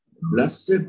Blessed